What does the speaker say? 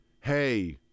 hey